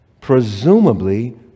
Presumably